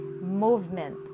movement